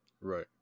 Right